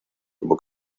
como